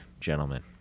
gentlemen